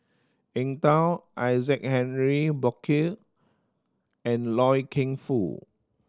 Eng Tow Isaac Henry Burkill and Loy Keng Foo